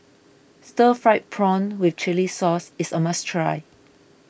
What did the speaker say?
Stir Fried Prawn with Chili Sauce is a must try